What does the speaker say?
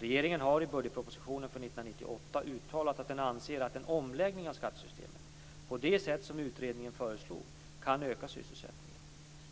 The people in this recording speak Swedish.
Regeringen har i budgetpropositionen för 1998 uttalat att den anser att en omläggning av skattesystemet på det sätt som utredningen föreslog kan öka sysselsättningen